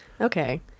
Okay